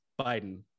biden